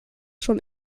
schon